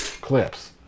clips